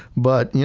but you